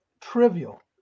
trivial